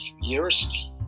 years